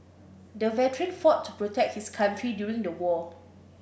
the veteran fought to protect his country during the war